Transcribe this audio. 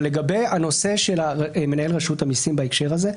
אבל לגבי הנושא של מנהל רשות המיסים בהקשר הזה,